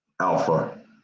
Alpha